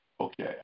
okay